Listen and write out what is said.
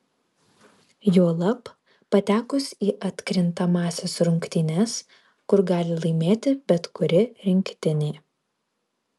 juolab patekus į atkrintamąsias rungtynes kur gali laimėti bet kuri rinktinė